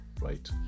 right